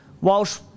Walsh